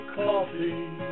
coffee